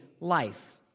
life